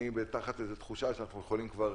אני תחת תחושה שאנחנו יכולים כבר